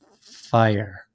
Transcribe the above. fire